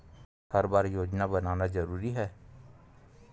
हर बार योजना बनाना जरूरी है?